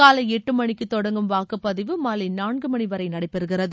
காலை எட்டு மணிக்கு தொடங்கும் வாக்குப்பதிவு மாலை நான்கு மணிவரை நடைபெறுகிறது